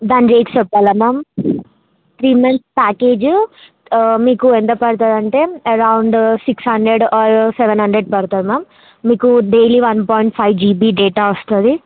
దాని రేట్ చెప్పాలి ma'am three months package మీకు ఎంత పడుతుంది అంటే around six hundred or seven hundred పడుతుంది మ్యామ్ మీకు daily one point five GB data వస్తుంది